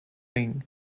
wing